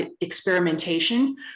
experimentation